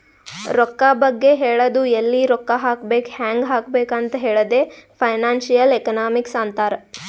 ರೊಕ್ಕಾ ಬಗ್ಗೆ ಹೇಳದು ಎಲ್ಲಿ ರೊಕ್ಕಾ ಹಾಕಬೇಕ ಹ್ಯಾಂಗ್ ಹಾಕಬೇಕ್ ಅಂತ್ ಹೇಳದೆ ಫೈನಾನ್ಸಿಯಲ್ ಎಕನಾಮಿಕ್ಸ್ ಅಂತಾರ್